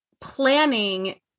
planning